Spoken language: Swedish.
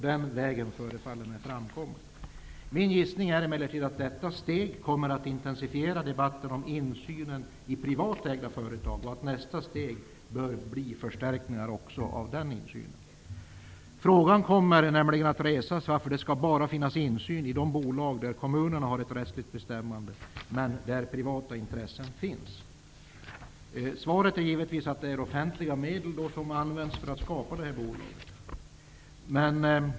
Den vägen förefaller framkomlig. Min gissning är emellertid att detta steg kommer att intensifiera debatten om insynen i privatägda företag. Nästa steg bör bli förstärkningar även av den insynen. Frågan kommer nämligen att resas om varför det bara skall finnas insyn i de bolag där kommunerna har ett rättsligt bestämmande men där det finns privata intressen. Svaret är givetvis att offentliga medel används för att skapa bolaget.